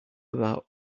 about